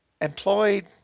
employed